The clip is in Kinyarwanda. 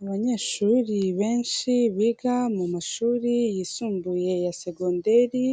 Abanyeshuri benshi biga mu mashuri yisumbuye ya segonderi,